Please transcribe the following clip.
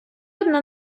одна